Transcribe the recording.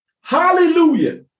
Hallelujah